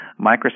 Microsoft